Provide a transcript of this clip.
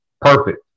perfect